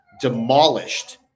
demolished